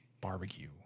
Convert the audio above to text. Barbecue